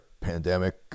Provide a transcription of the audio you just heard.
pandemic